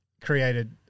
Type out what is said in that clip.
created